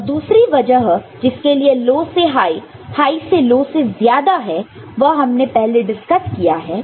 और दूसरी वजह जिसके लिए लो से हाई हाय से लो से ज्यादा है वह हमने पहले डिस्कस किया है